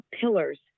pillars